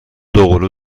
دوقلو